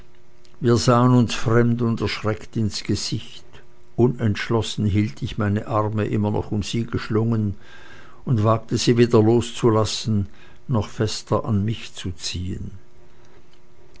wir sahen uns fremd und erschreckt ins gesicht unentschlossen hielt ich meine arme immer noch um sie geschlungen und wagte sie weder loszulassen noch fester an mich zu ziehen